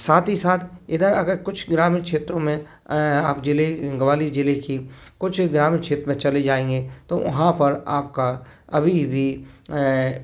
साथ ही साथ इधर अगर कुछ ग्रामीण क्षेत्रों में आप जिले ग्वालियर जिले की कुछ ग्रामीण क्षेत्र में चले जाएंगे तो वहाँ पर आपका अभी भी